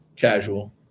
casual